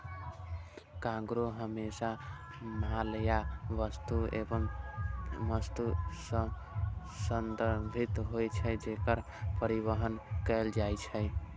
cargo हमेशा माल या वस्तु सं संदर्भित होइ छै, जेकर परिवहन कैल जाइ छै